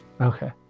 Okay